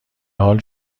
حال